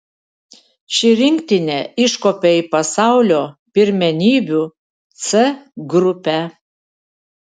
ši rinktinė iškopė į pasaulio pirmenybių c grupę